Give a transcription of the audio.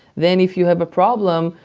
then if you have a problem,